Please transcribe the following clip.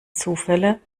zufälle